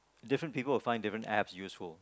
different people would find different apps useful